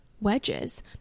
wedges